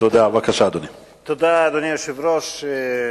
אדוני היושב-ראש,